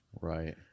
Right